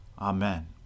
Amen